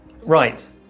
Right